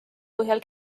põhjal